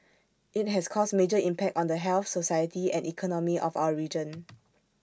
IT has caused major impact on the health society and economy of our region